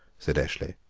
said eshley,